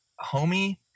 Homie